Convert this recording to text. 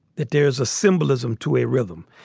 that there's a symbolism to a rhythm.